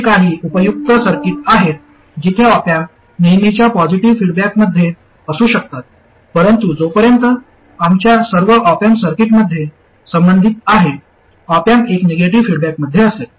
अशी काही उपयुक्त सर्किट आहेत जिथे ऑप अँप नेहमीच्या पॉजिटीव्ह फीडबॅकमध्ये असू शकतात परंतु जोपर्यंत आमच्या सर्व ऑप अँप सर्किटमध्ये संबंधित आहे ऑप अँप एक निगेटिव्ह फीडबॅकमध्ये असेल